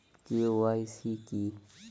KYC কি?